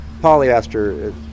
polyester